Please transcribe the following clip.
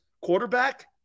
quarterback